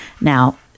Now